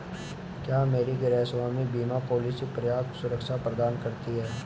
क्या मेरी गृहस्वामी बीमा पॉलिसी पर्याप्त सुरक्षा प्रदान करती है?